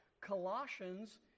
Colossians